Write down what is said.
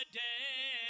day